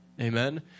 amen